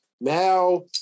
now